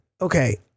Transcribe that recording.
Okay